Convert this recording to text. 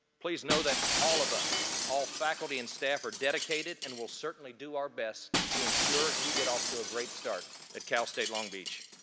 please know that all of us, all faculty and staff, are dedicated and will certainly do our best to ensure you get off to a great start at cal state long beach.